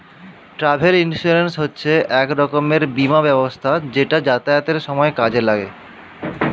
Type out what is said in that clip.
travel insurance হচ্ছে এক রকমের বীমা ব্যবস্থা যেটা যাতায়াতের সময় কাজে লাগে